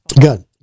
Good